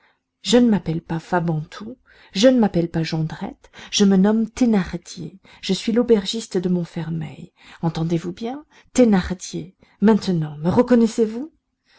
je ne m'appelle pas fabantou je ne m'appelle pas jondrette je me nomme thénardier je suis l'aubergiste de montfermeil entendez-vous bien thénardier maintenant me reconnaissez-vous